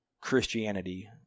christianity